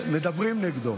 מדברים נגדו.